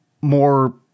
more